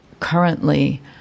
Currently